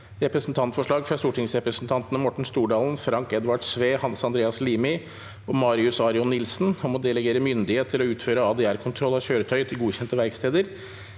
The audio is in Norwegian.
Representantforslag fra stortingsrepresentantene Morten Stordalen, Frank Edvard Sve, Hans Andreas Limi og Marius Arion Nilsen om å delegere myndighet til å utføre ADR-kontroll av kjøretøy til godkjente verksteder